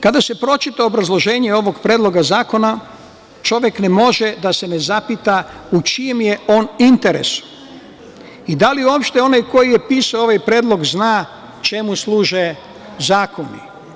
Kada se pročita obrazloženje ovog Predloga zakona čovek ne može da se ne zapita u čijem je interesu i da li uopšte onaj koji je pisao ovaj predlog zna čemu služe zakoni?